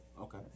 Okay